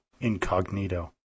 incognito